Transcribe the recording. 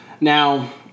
Now